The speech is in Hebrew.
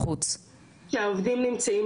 אכן יש לנו דרך להגיע אליהם,